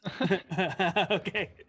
Okay